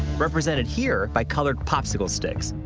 represented here by colored popsicle sticks.